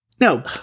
No